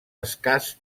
escàs